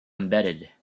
embedded